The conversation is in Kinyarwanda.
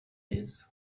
yesu